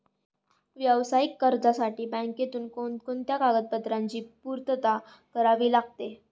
व्यावसायिक कर्जासाठी बँकेत कोणकोणत्या कागदपत्रांची पूर्तता करावी लागते?